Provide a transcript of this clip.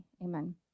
Amen